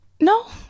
No